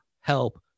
help